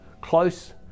close